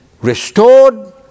restored